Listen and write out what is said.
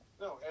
No